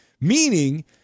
meaning